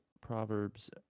Proverbs